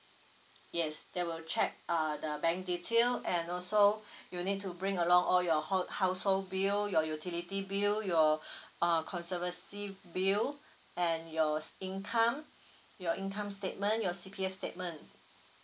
yes they will check uh the bank detail and also you need to bring along all your whole household bill your utility bill your uh conservancy bill and your income your income statement your C_P_F statement